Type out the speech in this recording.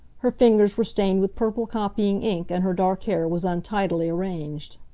her fingers were stained with purple copying ink, and her dark hair was untidily arranged.